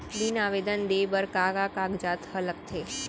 ऋण आवेदन दे बर का का कागजात ह लगथे?